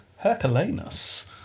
Herculanus